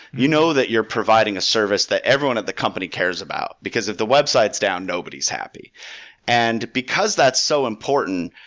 you know that you're providing a service that everyone at the company cares about, because if the website is down, nobody is happy and because that's so important,